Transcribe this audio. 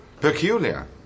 Peculiar